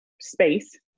space